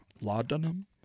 Laudanum